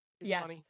Yes